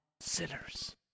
sinners